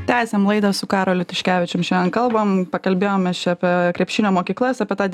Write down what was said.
tęsiam laidą su karoliu tiškevičium šiandien kalbam pakalbėjom mes čia apie krepšinio mokyklas apie tą